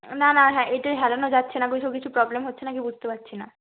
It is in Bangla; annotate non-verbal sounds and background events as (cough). না না হ্যাঁ এটা হেলানো যাচ্ছে না (unintelligible) কিছু প্রবলেম হচ্ছে না কি বুঝতে পারছি না